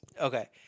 Okay